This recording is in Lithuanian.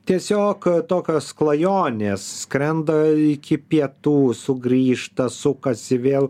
tiesiog tokios klajonės skrenda iki pietų sugrįžta sukasi vėl